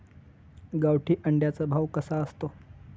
गावठी अंड्याचा भाव कसा असतो?